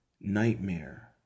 nightmare